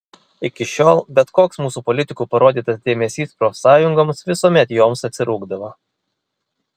iki šiol bet koks mūsų politikų parodytas dėmesys profsąjungoms visuomet joms atsirūgdavo